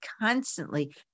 constantly